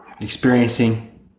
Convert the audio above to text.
experiencing